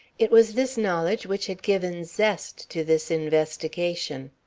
it was this knowledge which had given zest to this investigation.